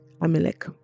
Amalek